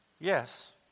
Yes